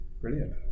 Brilliant